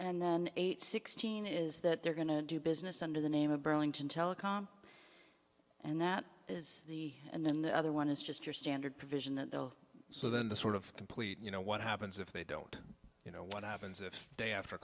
and then eight sixteen is that they're going to do business under the name of burlington telecom and that is the and then the other one is just your standard provision that they'll so then the sort of complete you know what happens if they don't you know what happens if they after